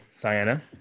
Diana